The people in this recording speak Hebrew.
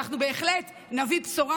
אנחנו בהחלט נביא בשורה,